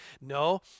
No